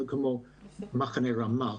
כמו מחנה "רמה",